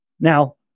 Now